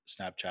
Snapchat